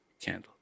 candle